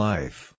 Life